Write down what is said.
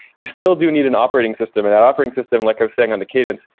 you still do need an operating system, and an operating system, like i was saying, on the cadence,